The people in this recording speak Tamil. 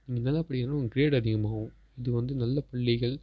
அப்படி இன்னும் க்ரேடு அதிகமாகும் இது வந்து நல்ல பிள்ளைகள்